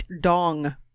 dong